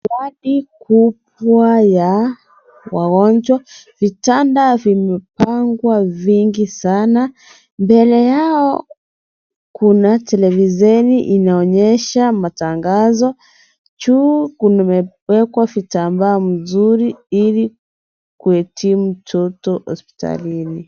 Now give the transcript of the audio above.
Wodi kubwa ya wagonjwa. Vitanda vimepangwa vingi sana. Mbele yao kuna televisheni inaonyesha matangazo. Juu kumewekwa vitambaa mzuri ili kuitii mtoto hospitalini.